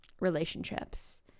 Relationships